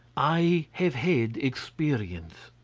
i have had experience,